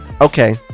Okay